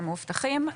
הם מאובטחים.